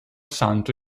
santo